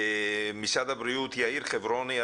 משרד הבריאות, יאיר חברוני.